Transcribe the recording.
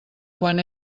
quan